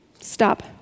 stop